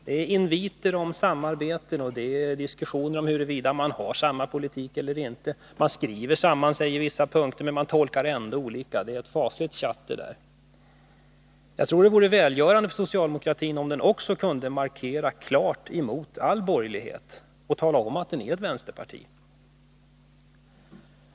Det är inviter om samarbete, och det är diskussioner om huruvida man har samma politik eller inte. Man skriver sig samman om vissa punkter, men man tolkar det ändå på olika sätt. Det är ett fasligt tjatter där. Jag tror att det vore välgörande för socialdemokratin om den även kunde göra en klar markering emot all borgerlighet och tala om att den är ett vänsterparti.